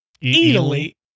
italy